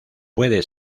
puede